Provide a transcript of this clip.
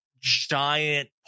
giant